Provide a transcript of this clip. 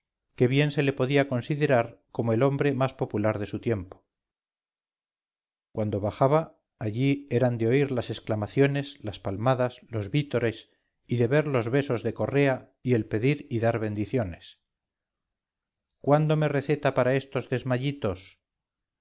que bien se le podía considerar como el hombre más popular de su tiempo cuando bajaba allí eran de oír las exclamaciones las palmadas los vítores y de ver los besos de correa y el pedir y dar bendiciones cuándo me receta para estos